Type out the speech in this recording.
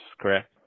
correct